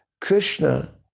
Krishna